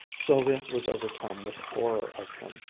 sylvia was overcome with horror of him.